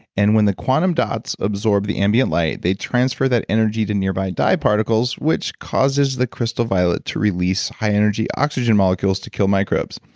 and when the quantum dots absorb the ambien light, they transfer that energy to nearby dye particles, which causes the crystal violet to release high energy oxygen molecules to kill microbes.